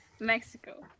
Mexico